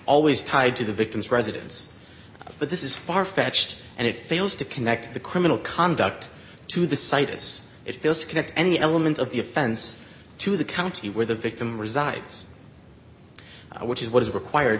always tied to the victim's residence but this is farfetched and it fails to connect the criminal conduct to the situs it feels to connect any element of the offense to the county where the victim resides which is what is required